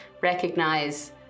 recognize